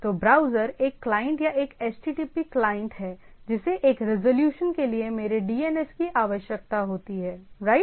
तो ब्राउज़र एक क्लाइंट या एक http क्लाइंट है जिसे एक रिज़ॉल्यूशन के लिए मेरे DNS की आवश्यकता होती है राइट